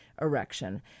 erection